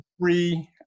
three